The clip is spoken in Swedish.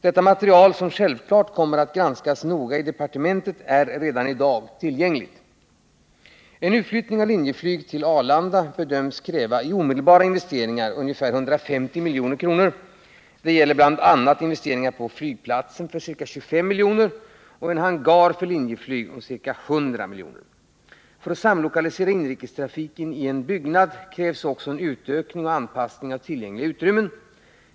Detta material, som självfallet kommer att granskas noga i departementet, är redan i dag tillgängligt. En utflyttning av LIN:s verksamhet till Arlanda bedöms kräva i omedelbara investeringar ca 150 milj.kr. Det gäller bl.a. investeringar på flygplatsen för ca 25 milj.kr. och en hangar för Linjeflyg om ca 100 milj.kr. För att samlokalisera inrikestrafiken i en byggnad krävs också en utökning och anpassning av tillgängliga utrymmen.